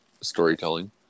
Storytelling